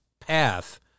path